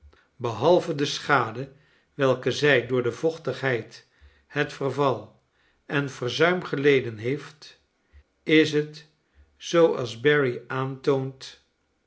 behalve de schade welke zij door de vochtigheid het verval en verzuim geleden heeft is het zooals bary aantoont